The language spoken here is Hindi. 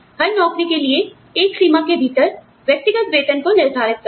हर नौकरी के लिए एक सीमा के भीतर व्यक्तिगत वेतन को निर्धारित करना